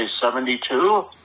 seventy-two